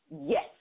Yes